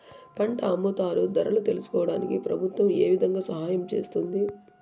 పంట అమ్ముతారు ధరలు తెలుసుకోవడానికి ప్రభుత్వం ఏ విధంగా సహాయం చేస్తుంది?